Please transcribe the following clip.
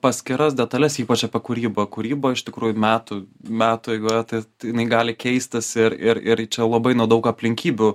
paskiras detales ypač apie kūrybą kūryba iš tikrųjų metų metų eigoje tai jinai gali keistis ir ir ir čia labai nuo daug aplinkybių